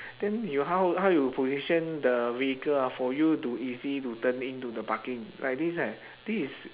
then you how how you position the vehicle ah for you to easy to turn into the parking like this eh this is